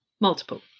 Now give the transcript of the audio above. multiple